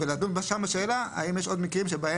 ולדון שם בשאלה האם יש עוד מקרים שבהם